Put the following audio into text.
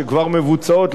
שכבר מבוצעות,